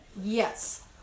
Yes